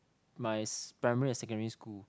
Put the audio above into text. my primary or secondary school